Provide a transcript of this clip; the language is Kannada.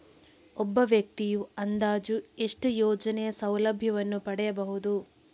ಒಬ್ಬ ವ್ಯಕ್ತಿಯು ಅಂದಾಜು ಎಷ್ಟು ಯೋಜನೆಯ ಸೌಲಭ್ಯವನ್ನು ಪಡೆಯಬಹುದು?